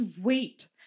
wait